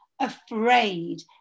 afraid